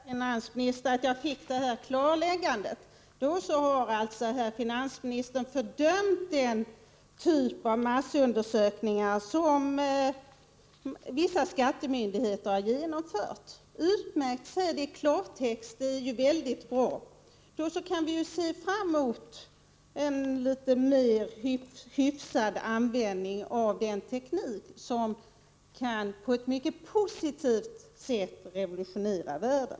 Herr talman! Utmärkt, herr finansminister, att jag fick det här klarläggandet. Då har alltså finansministern fördömt den typ av massundersökningar som vissa skattemyndigheter har genomfört. Utmärkt, säg det i klartext, det är ju väldigt bra! Då kan vi ju se fram emot en litet mer hyfsad användning av den teknik som kan på ett mycket positivt sätt revolutionera världen.